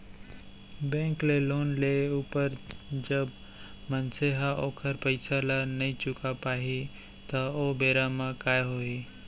bank ले loan लेय ऊपर जब मनसे ह ओखर पइसा ल नइ चुका पाही त ओ बेरा म काय होही